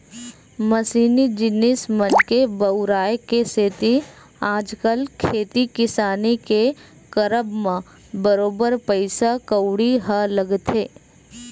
मसीनी जिनिस मन के बउराय के सेती आजकल खेती किसानी के करब म बरोबर पइसा कउड़ी ह लगथे